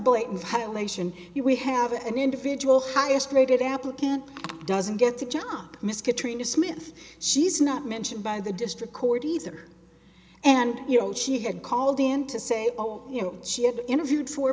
here we have an individual highest rated applicant doesn't get the job miss katrina smith she's not mentioned by the district court either and you know she had called in to say oh you know she had interviewed for